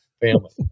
family